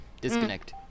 disconnect